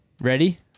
Ready